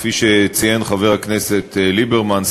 כפי שציין חבר הכנסת ליברמן,